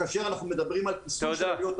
כאשר אנחנו מדברים על כיסוי של עלויות